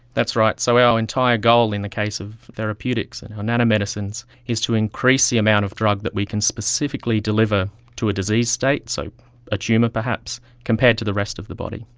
that's right. so our entire goal in the case of therapeutics and nano-medicines is to increase the amount of drug that we can specifically deliver to a disease state, so a tumour perhaps, compared to the rest of the body.